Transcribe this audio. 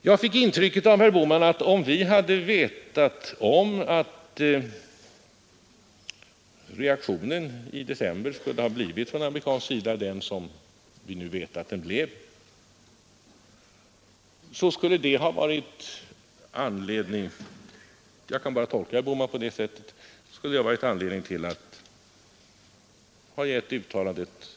Jag fick det intrycket att herr Bohman menade, att om vi hade vetat att den amerikanska reaktionen i december skulle ha blivit vad vi nu vet att den blev, så skulle det ha givit oss anledning att ge uttalandet en annan form eller att eventuellt ha underlåtit att göra något uttalande.